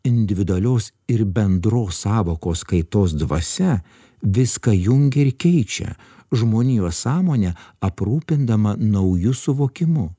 individualios ir bendros sąvokos kaitos dvasia viską jungia ir keičia žmonijos sąmonę aprūpindama nauju suvokimu